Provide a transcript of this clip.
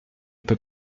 peux